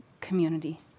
community